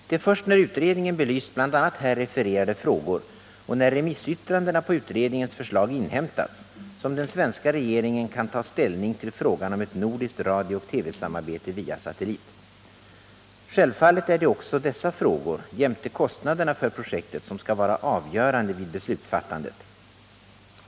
Det är först när utredningen belyst bl.a. här refererade frågor och när remissyttranden på utredningens förslag inhämtats som den svenska regeringen kan ta ställning till frågan om ett nordiskt radiooch TV-samarbete via satellit. Självfallet är det också dessa frågor, jämte kostnaderna för projektet, som skall vara avgörande vid beslutsfattandet.